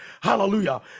Hallelujah